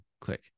click